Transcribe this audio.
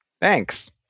thanks